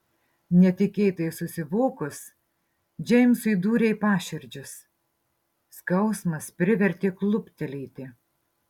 netikėtai susivokus džeimsui dūrė į paširdžius skausmas privertė kluptelėti